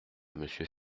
monsieur